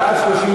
אז אני יכול,